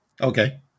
Okay